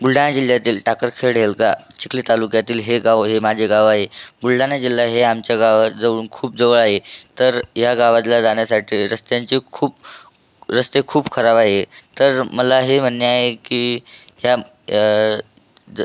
बुलढाणा जिल्ह्यातील टाकरखेड एलका चिखली तालुक्यातील हे गाव हे माझे गाव आहे बुलढाणा जिल्हा हा आमच्या गावाजवळून खूप जवळ आहे तर या गावाला जाण्यासाठी रस्त्यांची खूप रस्ते खूप खराब आहे तर मला हे म्हणणे आहे की ह्याम ज्